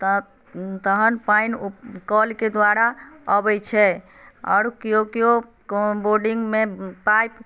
तहन पानि ओ कल के द्वारा आबै छै आओर केओ केओ के बोर्डिंग मे पाइप